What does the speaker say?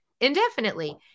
indefinitely